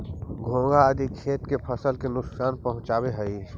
घोंघा आदि खेत के फसल के नुकसान पहुँचावऽ हई